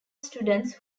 students